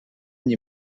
any